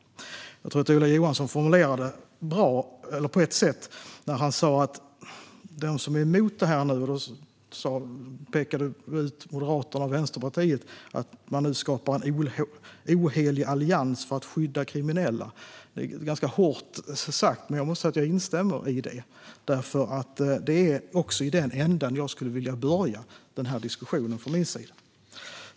Jag tycker att Ola Johansson formulerade det på ett bra sätt när han sa att de som nu är emot det här - Moderaterna och Vänsterpartiet pekades ut - skapar "en ohelig allians för att skydda kriminella". Det är ganska hårt sagt, men jag måste säga att jag instämmer i det. Det är också i den ändan jag skulle vilja börja diskussionen från min sida.